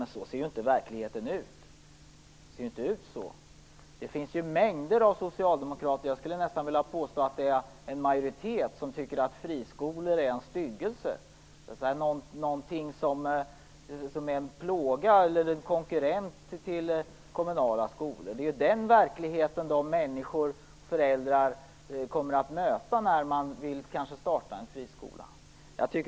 Men så ser ju inte verkligheten ut. Det finns mängder av socialdemokrater - jag skulle nästan vilja påstå att det är en majoritet - som tycker att friskolor är en styggelse, en plåga och en konkurrent till kommunala skolor. Det är den verkligheten föräldrar och andra människor kommer att möta när man vill starta en friskola.